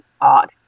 odd